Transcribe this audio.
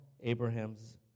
Abraham's